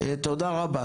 תודה רבה.